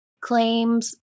claims